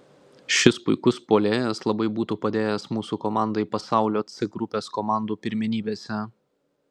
šis puikus puolėjas labai būtų padėjęs mūsų komandai pasaulio c grupės komandų pirmenybėse